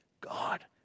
God